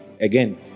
Again